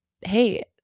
Hey